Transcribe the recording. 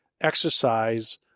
exercise